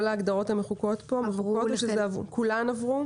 כל ההגדרות המחוקות פה כולן עברו?